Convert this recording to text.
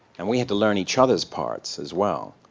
and we had to learn each other's parts as well.